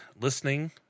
listening